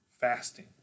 fasting